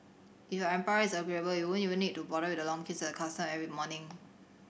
if your employer is agreeable you won't even need to bother with the long queues at the customs every morning